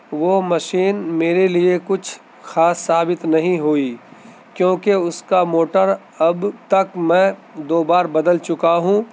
وہ مشین میرے لیے کچھ خاص ثابت نہیں ہوئی کیونکہ اس کا موٹر اب تک میں دو بار بدل چکا ہوں